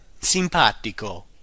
simpatico